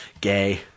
gay